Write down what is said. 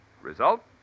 Result